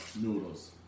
Noodles